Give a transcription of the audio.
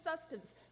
sustenance